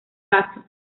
paso